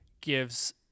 gives